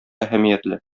әһәмиятле